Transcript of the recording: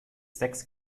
sechs